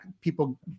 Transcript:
people